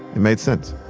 it made sense.